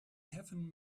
kevin